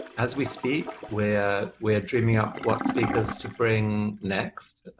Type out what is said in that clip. as we speak, we're we're dreaming up what speakers to bring next.